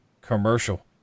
Commercial